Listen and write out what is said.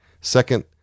Second